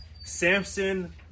Samson